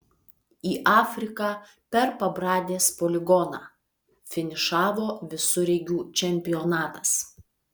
į afriką per pabradės poligoną finišavo visureigių čempionatas